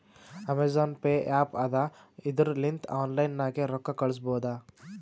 Amazon Pay app ಅದಾ ಇದುರ್ ಲಿಂತ ಆನ್ಲೈನ್ ನಾಗೆ ರೊಕ್ಕಾ ಕಳುಸ್ಬೋದ